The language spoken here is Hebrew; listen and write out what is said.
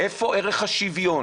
איפה ערך השוויון?